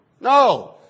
No